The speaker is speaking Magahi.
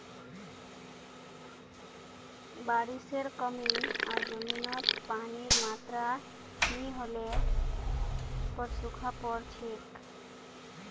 बारिशेर कमी आर जमीनत पानीर मात्रा नई होल पर सूखा पोर छेक